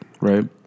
Right